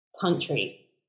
country